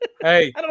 Hey